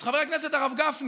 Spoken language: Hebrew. אז חבר הכנסת הרב גפני